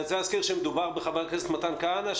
אני רוצה להזכיר שמדובר בחבר הכנסת מתן כהנא,